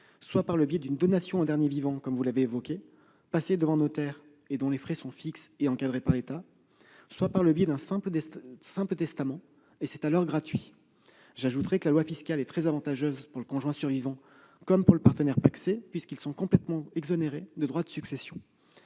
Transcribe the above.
soit par le biais d'une donation au dernier vivant passée devant notaire, donation dont les frais sont fixes et encadrés par l'État, soit par le biais d'un simple testament, qui est gratuit. J'ajouterai que la loi fiscale est très avantageuse pour le conjoint survivant comme pour le partenaire pacsé, puisqu'ils sont complètement exonérés de droits de succession.